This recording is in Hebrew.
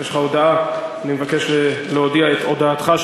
יש לך הודעה ואני מבקש שתודיע את הודעתך,